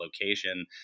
location